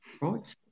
Right